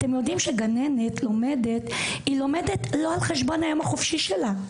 אתם יודעים שכשגננת לומדת היא לומדת לא על חשבון היום החופשי שלה?